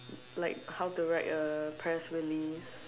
like how to write a press release